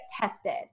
tested